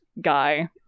guy